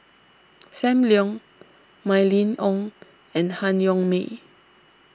Sam Leong Mylene Ong and Han Yong May